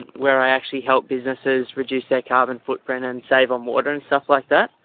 where i actually helped businesses reduce their carbon footprint and save on water and stuff like that.